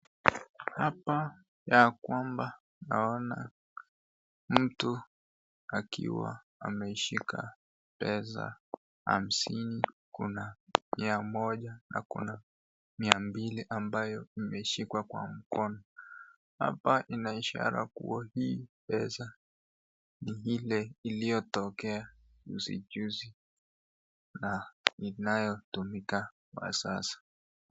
Hapa ya kwamba naona mtu akiwa ameshika pesa hamsini, kuna mia moja na kuna mia mbili ambayo imeshikwa kwa mkono, hapa inaishara kuwa hii pesa ni ile iliotokea juzi juzi na inayotumika kwa sasa.